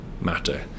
matter